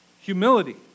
humility